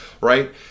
right